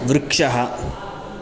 वृक्षः